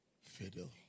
fiddle